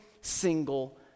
single